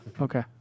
Okay